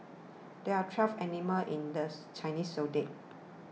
there are twelve animals in the Chinese zodiac